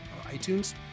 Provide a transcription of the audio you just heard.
iTunes